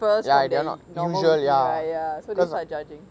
it differs from their normal routine right ya so they start judging